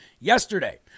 Yesterday